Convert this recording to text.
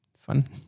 Fun